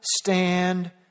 stand